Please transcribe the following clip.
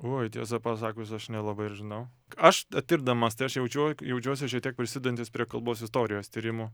oi tiesą pasakius aš nelabai ir žinau aš tirdamas tai aš jaučio jaučiuosi šiek tiek prisidedantis prie kalbos istorijos tyrimų